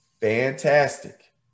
fantastic